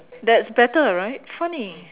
that's better right funny